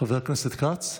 חבר הכנסת כץ.